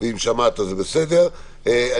בסדר גמור.